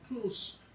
close